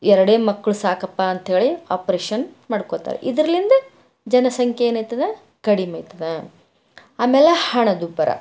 ಎರಡೇ ಮಕ್ಳು ಸಾಕಪ್ಪ ಅಂಥೇಳಿ ಆಪ್ರೇಷನ್ ಮಾಡ್ಕೋತಾರ ಇದರಿಂದ ಜನಸಂಖ್ಯೆ ಏನಾಯ್ತದ ಕಡಿಮೆ ಆಯ್ತದ ಆಮೇಲೆ ಹಣದುಬ್ಬರ